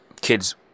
kids